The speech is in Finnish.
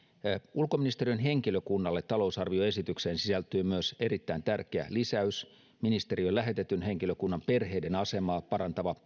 ulkoministeriön henkilökunnalle talousarvioesitykseen sisältyy myös erittäin tärkeä lisäys ministeriöön lähetetyn henkilökunnan perheiden asemaa parantava